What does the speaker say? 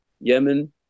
Yemen